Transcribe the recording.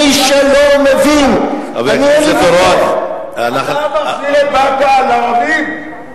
מי שלא מבין, תענה, אתה מחזיר את בקעה לערבים?